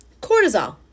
Cortisol